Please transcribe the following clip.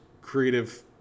creative